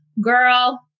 girl